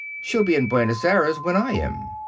she'll be in buenos aires when i am.